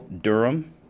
Durham